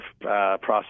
process